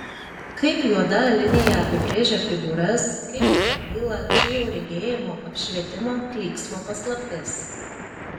kaip juoda linija apibrėžia figūras kaip prabyla čia jau regėjimo apšvietimo klyksmo paslaptis